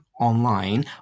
online